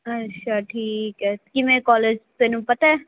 ਅੱਛਾ ਠੀਕ ਹੈ ਕਿਵੇਂ ਕਾਲਜ ਤੈਨੂੰ ਪਤਾ